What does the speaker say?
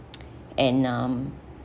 and um